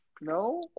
No